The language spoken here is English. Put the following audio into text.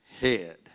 head